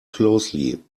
closely